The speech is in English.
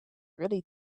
really